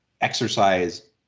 exercise